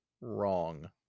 wrong